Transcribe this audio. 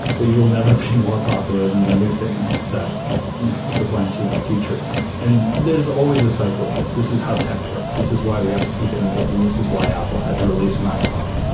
but you will never be more popular than the new thing that supplants you in the future and there's always a cycle of this. this is how tech works. this is why we have to keep innovating. this is why apple had to release an ipod.